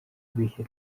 bihe